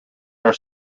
are